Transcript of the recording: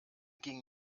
ging